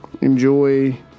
enjoy